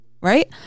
right